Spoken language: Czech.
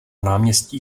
náměstí